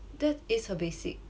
that is her basic